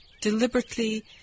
deliberately